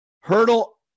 Hurdle